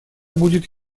будет